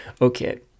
okay